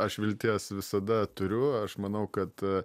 aš vilties visada turiu aš manau kad